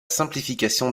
simplification